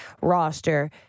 roster